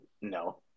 No